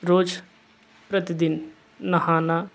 रोज प्रतिदिन नहाना